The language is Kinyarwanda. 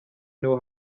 niho